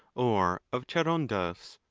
or of charon das,